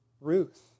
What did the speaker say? Ruth